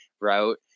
route